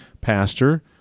pastor